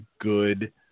good